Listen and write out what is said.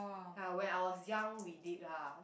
ah when I was young we did lah